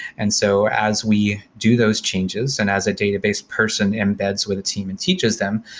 and so as we do those changes and as a database person embeds with a team and teaches them,